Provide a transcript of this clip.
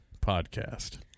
Podcast